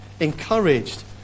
encouraged